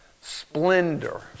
splendor